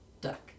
Duck